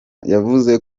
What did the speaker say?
yavuze